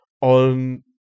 on